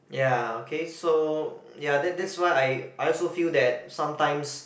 ya okay so ya that that's why I I also feel that sometimes